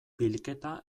bilketa